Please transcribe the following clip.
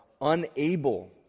unable